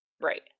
Right